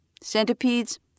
Centipedes